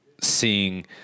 seeing